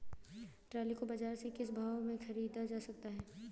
Trolley को बाजार से किस भाव में ख़रीदा जा सकता है?